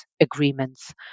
agreements